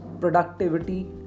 productivity